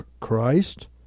Christ